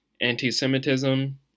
Anti-Semitism